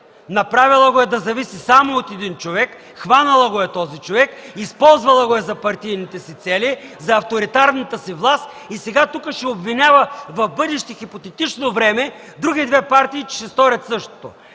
направила го е да зависи само от един човек, хванала е този човек, използвала го е за партийните си цели и за авторитарната си власт и сега тук ще обвиняват в бъдещо хипотетично време други две партии, че ще сторят същото.